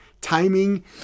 Timing